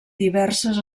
diverses